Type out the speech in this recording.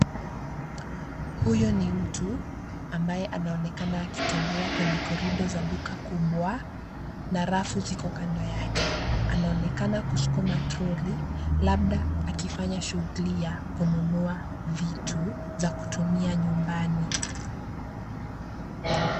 Huyu ni mtu ambaye anaonekana akitembea kwenye korido za duka kubwa, na rafu ziko kando yake. Anaonekana kusukuma troli, labda akifanya shughuli ya kununua vitu za kutumia nyumbani.